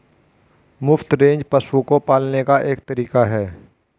मुफ्त रेंज पशुओं को पालने का एक तरीका है